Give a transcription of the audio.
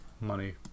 money